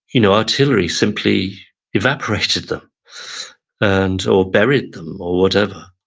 you know artillery simply evaporated them and or buried them or whatever.